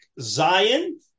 Zion